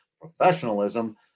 professionalism